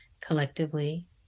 collectively